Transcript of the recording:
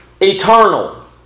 eternal